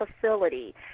facility